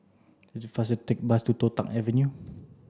it's faster take the bus to Toh Tuck Avenue